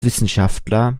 wissenschaftler